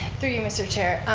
through you, mr. chair,